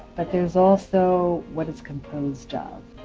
but there's also what it's composed of,